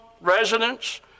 residents